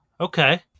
Okay